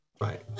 Right